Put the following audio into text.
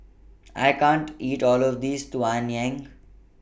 I can't eat All of This Tang Yuen